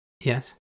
Yes